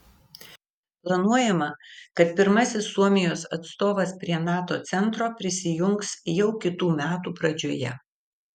planuojama kad pirmasis suomijos atstovas prie nato centro prisijungs jau kitų metų pradžioje